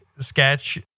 sketch